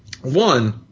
One